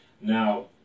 Now